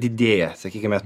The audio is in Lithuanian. didėja sakykime